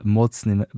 mocnym